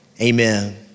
Amen